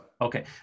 okay